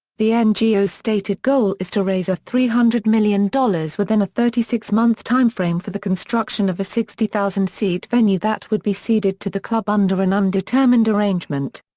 the ngo's stated goal is to raise r three hundred million within a thirty six month time frame for the construction of a sixty thousand seat venue that would be ceded to the club under an undetermined arrangement.